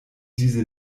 diese